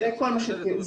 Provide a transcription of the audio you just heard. זה כל מה שרציתי להגיד.